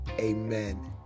amen